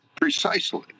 precisely—